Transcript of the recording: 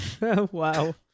Wow